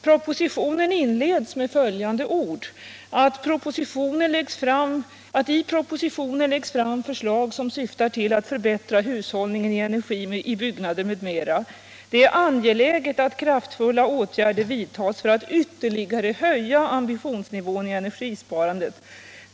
Propositionen inleds med följande ord: ”I propositionen läggs fram förslag som syftar till att förbättra hushållningen med energi i byggnader m.m. Det är angeläget att kraftfulla åtgärder vidtas för att ytterligare höja ambitionsnivån i energisparandet.